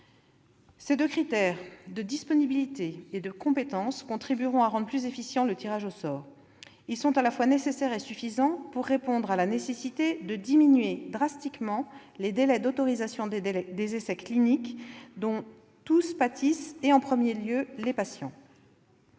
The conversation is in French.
Ces deux critères de « disponibilité » et de « compétence » contribueront à rendre plus efficient le tirage au sort. Ils sont à la fois nécessaires et suffisants pour répondre à l'enjeu de diminution drastique des délais d'autorisation des essais cliniques, dont chaque acteur pâtit, en premier lieu les patients.